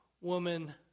woman